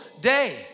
day